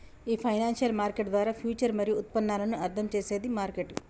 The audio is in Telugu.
ఈ ఫైనాన్షియల్ మార్కెట్ ద్వారా ఫ్యూచర్ మరియు ఉత్పన్నాలను అర్థం చేసేది మార్కెట్